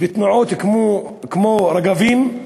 ותנועות כמו "רגבים",